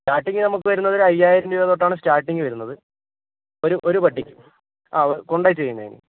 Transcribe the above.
starting നമുക്ക് വരുന്നത് ഒരു അയ്യായിരം രൂപ തൊട്ടാണ് സ്റ്റാർട്ടിങ്ങ് വരുന്നത് ഒരു ഒരു പട്ടിക്ക് ആ കൊണ്ടുപോയി ചെയ്യുന്നതിന്